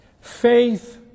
Faith